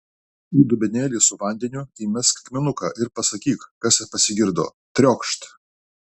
į dubenėlį su vandeniu įmesk akmenuką ir pasakyk kas pasigirdo triokšt